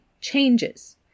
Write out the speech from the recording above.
changes